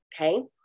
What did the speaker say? Okay